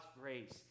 grace